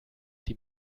die